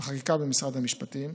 וחקיקה במשרד המשפטים,